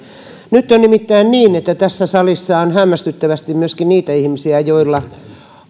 nyt on nimittäin niin että tässä salissa on hämmästyttävästi myöskin niitä ihmisiä joilla